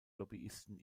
lobbyisten